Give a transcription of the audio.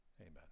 Amen